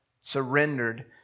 surrendered